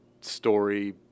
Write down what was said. story